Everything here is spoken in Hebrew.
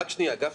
רק שנייה, גפני.